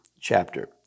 chapter